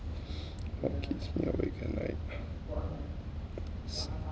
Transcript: what keeps me awake at night